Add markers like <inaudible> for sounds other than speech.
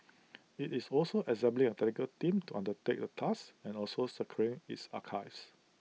<noise> IT is also assembling A technical team to undertake the task and also securing its archives